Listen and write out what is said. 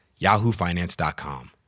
yahoofinance.com